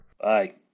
Bye